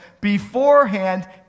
beforehand